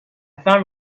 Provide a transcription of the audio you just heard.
found